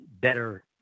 better